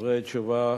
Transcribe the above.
דברי תשובה